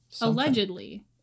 Allegedly